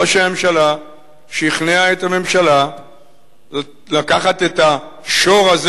ראש הממשלה שכנע את הממשלה לאחוז את השור הזה